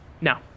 No